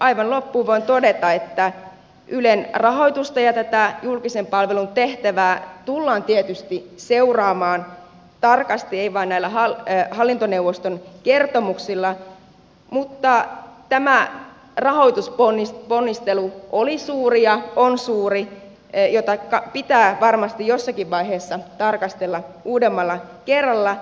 aivan loppuun voin todeta että ylen rahoitusta ja tätä julkisen palvelun tehtävää tullaan tietysti seuraamaan tarkasti ei vain näillä hallintoneuvoston kertomuksilla mutta tämä rahoitusponnistelu oli suuri ja on suuri ja sitä pitää varmasti jossakin vaiheessa tarkastella uudemman kerran